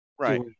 Right